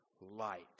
light